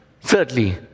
Thirdly